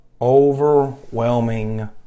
Overwhelming